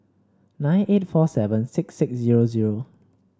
nine eight four seven six six zero zero